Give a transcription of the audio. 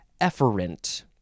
efferent